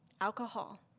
alcohol